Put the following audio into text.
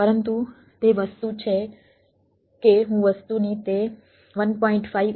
પરંતુ તે વસ્તુ છે કે હું વસ્તુની તે 1